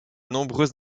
nombreuses